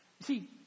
See